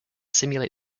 simulate